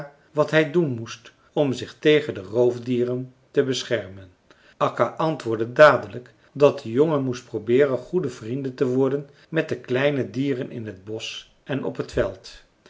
wat hij doen moest om zich tegen de roofdieren te beschermen akka antwoordde dadelijk dat de jongen moest probeeren goede vrienden te worden met de kleine dieren in t bosch en op t veld